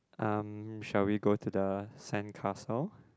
um shall we go to the sandcastle